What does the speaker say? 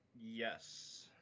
Yes